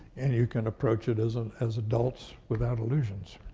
and you can approach it as um as adults without illusions.